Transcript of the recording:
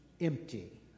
empty